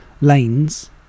lanes